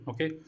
Okay